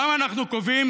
למה אנחנו קובעים?